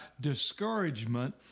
discouragement